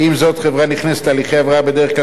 חברה נכנסת לתהליכי הבראה בדרך כלל לאחר שלא